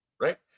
Right